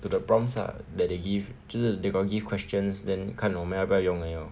to the prompts ah that they give 就是 they got give questions then 看我们要不要用而已 lor